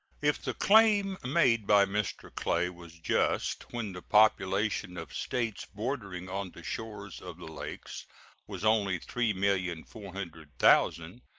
if the claim made by mr. clay was just when the population of states bordering on the shores of the lakes was only three million four hundred thousand,